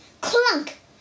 Clunk